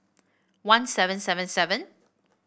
one seven seven seven